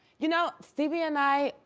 you know, stevie and i,